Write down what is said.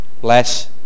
bless